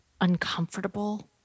uncomfortable